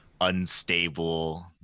unstable